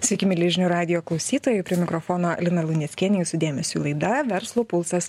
sveiki mieli žinių radijo klausytojai prie mikrofono lina luneckienė jūsų dėmesiui laida verslo pulsas